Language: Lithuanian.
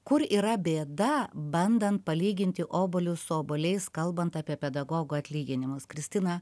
kur yra bėda bandant palyginti obuolius su obuoliais kalbant apie pedagogų atlyginimus kristina